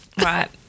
Right